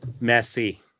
Messy